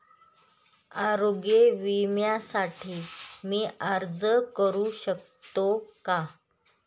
आरोग्य विम्यासाठी मी अर्ज करु शकतो का?